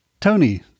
Tony